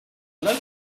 love